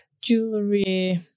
jewelry